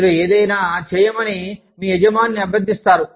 మీరు ఏదైనా చేయమని మీ యజమానిని అభ్యర్థిస్తారు